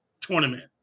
Tournament